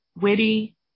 witty